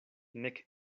nek